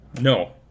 No